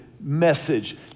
message